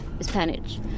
Spanish